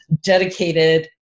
dedicated